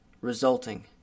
resulting